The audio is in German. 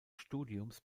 studiums